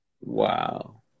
Wow